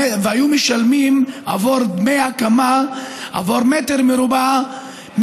שילמו עבור דמי הקמה 166 שקלים למטר מרובע,